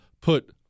put